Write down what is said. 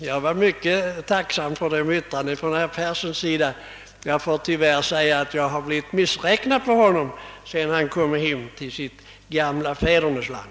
Jag var mycket tacksam för detta yttrande av herr Persson i Skänninge, men tyvärr måste jag säga att jag blivit litet missräknad på herr Persson, sedan han kom tillbaka till sitt fädernesland.